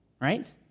Right